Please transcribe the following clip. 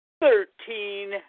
thirteen